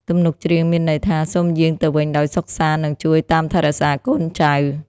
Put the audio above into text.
ទំនុកច្រៀងមានន័យថា សូមយាងទៅវិញដោយសុខសាន្ត និងជួយតាមរក្សាកូនចៅ។